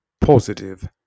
positive